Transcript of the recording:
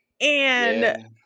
and-